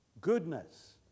Goodness